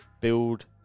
build